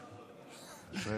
תודה,